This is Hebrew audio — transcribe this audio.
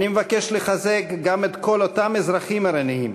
אני מבקש לחזק גם את כל אותם אזרחים ערניים